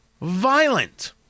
violent